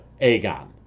Aegon